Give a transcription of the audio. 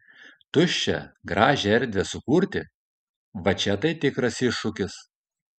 tuščią gražią erdvę sukurti va čia tai tikras iššūkis